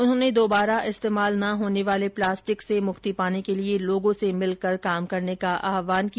उन्होंने दोबारा इस्तेमाल न होने वाले प्लास्टिक से मुक्ति पाने के लिए लोगों से मिलकर काम करने का आहवान किया